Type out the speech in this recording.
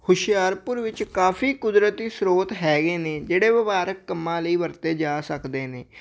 ਹੁਸ਼ਿਆਰਪੁਰ ਵਿੱਚ ਕਾਫੀ ਕੁਦਰਤੀ ਸਰੋਤ ਹੈਗੇ ਨੇ ਜਿਹੜੇ ਵਪਾਰਕ ਕੰਮਾਂ ਲਈ ਵਰਤੇ ਜਾ ਸਕਦੇ ਨੇ